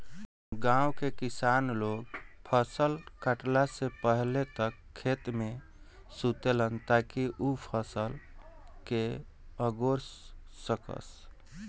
गाँव के किसान लोग फसल काटला से पहिले तक खेते में सुतेलन ताकि उ फसल के अगोर सकस